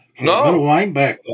No